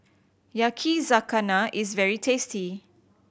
yakizakana is very tasty